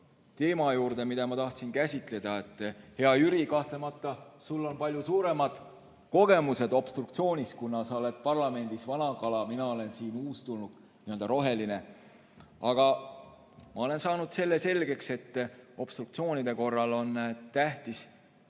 teema juurde, mida ma tahtsin käsitleda. Hea Jüri! Kahtlemata on sul palju suuremad kogemused obstruktsiooni alal, kuna sa oled parlamendis vana kala, mina olen siin uustulnuk, roheline. Aga ma olen saanud selgeks, et obstruktsiooni korral on tähtis